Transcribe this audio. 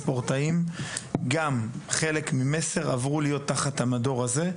הספורטאים עברו להיות תחת המדור הזה.